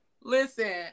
Listen